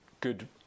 good